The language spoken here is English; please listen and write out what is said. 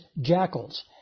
jackals